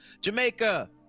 Jamaica